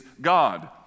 God